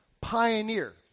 pioneer